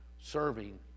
serving